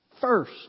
First